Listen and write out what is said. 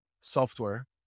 software